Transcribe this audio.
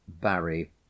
Barry